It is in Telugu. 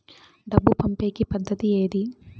డబ్బు పంపేకి పద్దతి ఏది